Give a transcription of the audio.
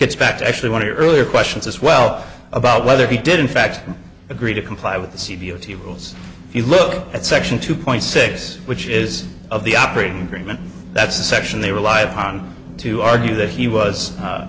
gets back to actually want to earlier questions as well about whether he did in fact agree to comply with the c b o t rules if you look at section two point six which is of the operating room and that's the section they rely upon to argue that he was a